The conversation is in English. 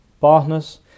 partners